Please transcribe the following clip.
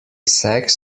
sex